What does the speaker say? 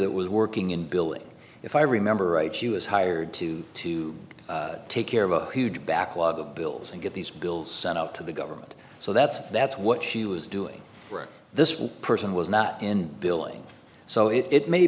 that was working in billing if i remember right she was hired to to take care of a huge backlog of bills and get these bills sent out to the government so that's that's what she was doing this was person was not in billing so it